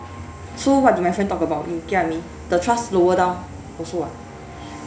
so what did my friend talk about you get what I mean the trust lower down also [what]